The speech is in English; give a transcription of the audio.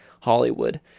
Hollywood